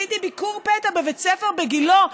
עשיתי ביקור פתע בבית הספר בגילה.